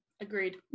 Agreed